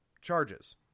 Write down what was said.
charges